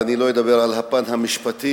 ואני לא אדבר על הפן המשפטי,